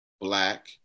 black